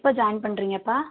எப்போ ஜாயின் பண்ணுறீங்கப்பா